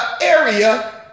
area